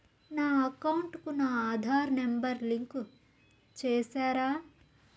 నా అకౌంట్ కు నా ఆధార్ నెంబర్ లింకు చేసారా